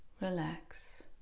relax